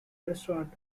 restaurant